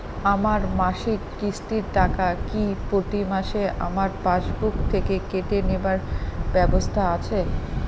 আমার মাসিক কিস্তির টাকা কি প্রতিমাসে আমার পাসবুক থেকে কেটে নেবার ব্যবস্থা আছে?